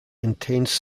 intense